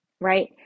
Right